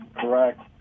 Correct